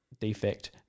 defect